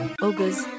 Ogres